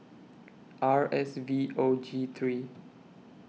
R S V O G three